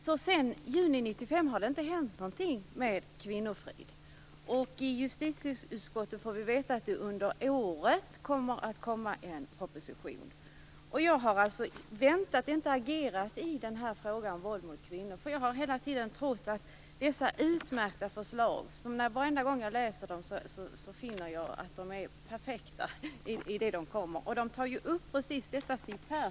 Sedan juni 1995 har ingenting hänt vad gäller Kvinnofrid. Av justieutskottet får vi veta att det kommer en proposition under året. Jag har inte agerat i frågan om våld mot kvinnor därför att jag hela tiden trott på de utmärkta förslagen. Varje gång jag läser dem tycker jag att de är perfekta. Där berörs just det som Siw Persson tar upp.